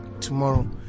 tomorrow